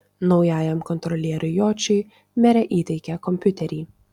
naujajam kontrolieriui juočiui merė įteikė kompiuterį